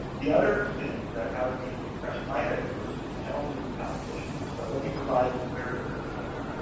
the other sin that had me scratching my head at first was challenges and competitions, but let me provide some charity to that title.